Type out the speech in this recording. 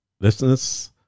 Listeners